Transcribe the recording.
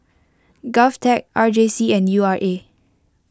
Govtech R J C and U R A